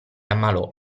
ammalò